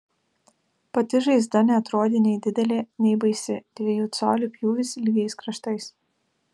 pati žaizda neatrodė nei didelė nei baisi dviejų colių pjūvis lygiais kraštais